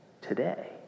today